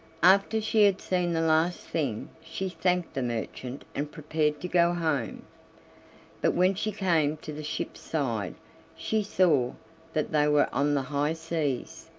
after she had seen the last thing she thanked the merchant and prepared to go home but when she came to the ship's side she saw that they were on the high seas,